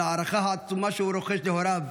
על ההערכה העצומה שהוא רוחש להוריו,